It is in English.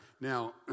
Now